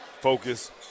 focus